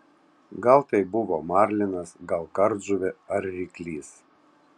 gal tai buvo marlinas gal kardžuvė ar ryklys